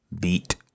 Beat